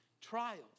trials